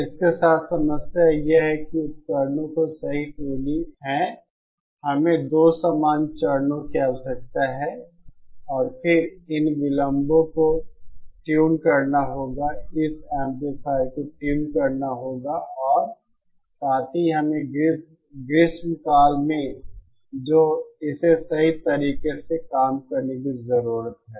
इसके साथ समस्या यह है कि उपकरणों की सही ट्यूनिंग है हमें दो समान चरणों की आवश्यकता है और फिर इन विलंबों को ट्यून करना होगा इस एम्पलीफायर को ट्यून करना होगा और साथ ही हमें ग्रीष्मकाल में जो इसे सही तरीके से काम करने की जरूरत है